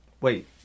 Wait